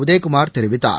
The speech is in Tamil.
உதயகுமார் தெரிவித்தார்